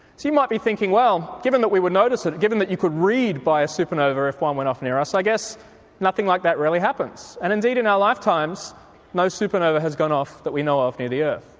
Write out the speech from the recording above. so you might be thinking, well, given that we would notice it, given that you could read by a supernova if one went off near us, i guess nothing like that really happens. and indeed in our lifetimes no supernova had gone off that we know of near the earth.